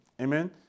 Amen